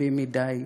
רבים מדי,